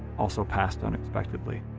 also passed unexpectedly.